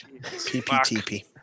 PPTP